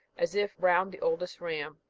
as if round the oldest ram.